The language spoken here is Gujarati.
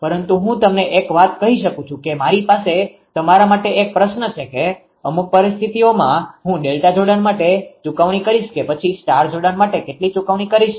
પરંતુ હું તમને એક વાત કહી શકું છું કે મારી પાસે તમારા માટે એક પ્રશ્ન છે કે અમુક પરિસ્થિતિઓમાં હું ડેલ્ટા જોડાણ માટે ચૂકવણી કરીસ કે પછી સ્ટાર જોડાણ માટે ચૂકવણી કરીશ